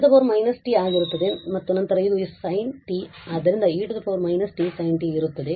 ಇದು e −t ಆಗಿರುತ್ತದೆ ಮತ್ತು ನಂತರ ಇದುs in t